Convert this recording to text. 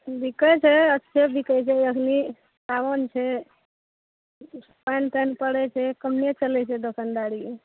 बिकै छै अच्छे बिकै छै एखन साओन छै पानि तानि पड़ै छै कम्मे चलै छै दोकनदारी